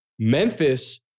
Memphis